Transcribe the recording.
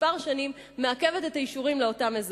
שנים מעכבת את האישורים לאותם אזורים.